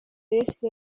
yesu